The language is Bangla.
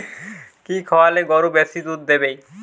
কি খাওয়ালে গরু বেশি দুধ দেবে?